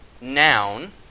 noun